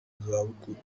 zabukuru